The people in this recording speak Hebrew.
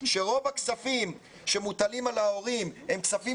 שרוב הכספים שמוטלים על ההורים הם כספים